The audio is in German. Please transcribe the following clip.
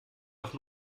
doch